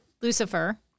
Lucifer